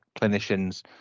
clinicians